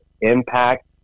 impact